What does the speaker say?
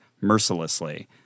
mercilessly